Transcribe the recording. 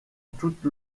toute